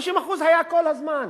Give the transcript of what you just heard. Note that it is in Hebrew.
50% היה כל הזמן.